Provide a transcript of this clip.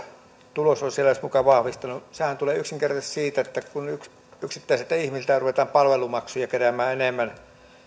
tulos on siellä edes muka vahvistunut sehän tulee yksinkertaisesti siitä kun yksittäisiltä ihmisiltä ruvetaan palvelumaksuja keräämään enemmän